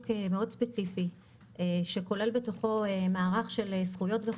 מאוד ספציפי שכולל בתוכו מערך של חובות וזכויות.